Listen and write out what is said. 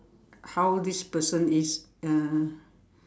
how this person is uh